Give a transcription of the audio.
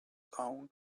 own